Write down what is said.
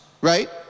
right